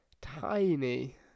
tiny